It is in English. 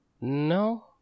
No